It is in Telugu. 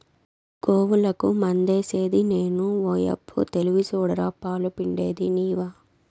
గోవులకి మందేసిది నేను ఓయబ్బో తెలివి సూడరా పాలు పిండేది నీవా